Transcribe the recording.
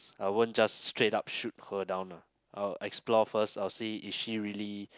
I won't just straight up shoot her down lah I'll explore first I'll see is she really